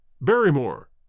Barrymore